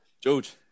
George